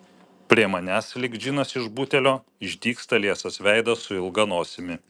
prie manęs lyg džinas iš butelio išdygsta liesas veidas su ilga nosimi